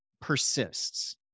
persists